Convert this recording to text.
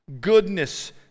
goodness